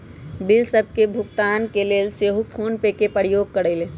bill सभ के भुगतान के लेल हम फोनपे के प्रयोग करइले